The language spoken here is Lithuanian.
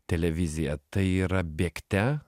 televizija tai yra bėgte